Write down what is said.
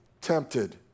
tempted